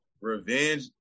revenge